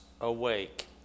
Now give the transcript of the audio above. awake